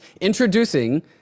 introducing